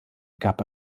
gab